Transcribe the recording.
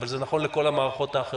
אבל זה נכון לכל המערכות האחרות: